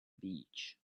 beach